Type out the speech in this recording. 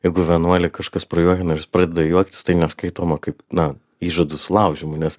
jeigu vienuolį kažkas prajuokina ir jis pradeda juoktis tai neskaitoma kaip na įžadų sulaužymu nes